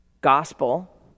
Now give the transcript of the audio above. gospel